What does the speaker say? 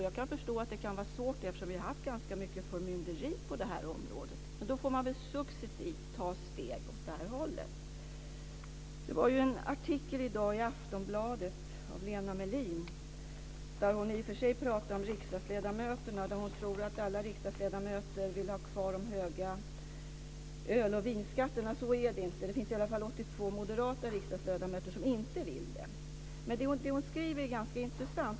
Jag kan förstå att det kan vara svårt eftersom vi har haft ganska mycket förmynderi på det här området, men då får vi väl successivt ta steg åt det här hållet. Det var en artikel i dag i Aftonbladet av Lena Mellin där hon skriver att hon tror att alla riksdagsledamöter vill ha kvar de höga öl och vinskatterna. Så är det inte. Det finns i alla fall 82 moderata riksdagsledamöter som inte vill det. Men det hon skriver är ganska intressant.